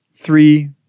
three